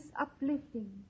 uplifting